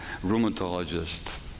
rheumatologist